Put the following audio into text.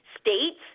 states